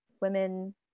women